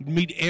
Meet